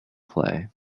play